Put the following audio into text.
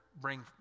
bring